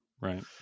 Right